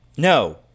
No